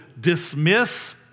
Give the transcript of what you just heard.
dismiss